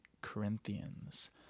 Corinthians